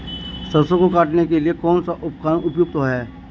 सरसों को काटने के लिये कौन सा उपकरण उपयुक्त है?